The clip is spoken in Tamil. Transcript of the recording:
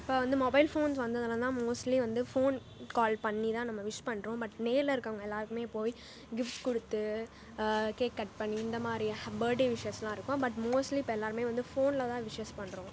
இப்போ வந்து மொபைல் ஃபோன்ஸ் வந்ததில்தான் மோஸ்ட்லி வந்து ஃபோன் கால் பண்ணிதான் நம்ம விஷ் பண்ணுறோம் பட் நேரில் இருக்கறவங்க எல்லோருமே போய் கிஃப்ட் கொடுத்து கேக் கட் பண்ணி இந்தமாதிரி ஹ படே விஷ்ஷஸ்லாம் இருக்கும் பட் மோஸ்ட்லி இப்போ எல்லோருமே வந்து ஃபோனில்தான் விஷ்ஷஸ் பண்ணுறோம்